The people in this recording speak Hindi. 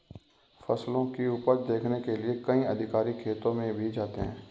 फसलों की उपज देखने के लिए कई अधिकारी खेतों में भी जाते हैं